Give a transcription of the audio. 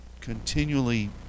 continually